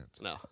No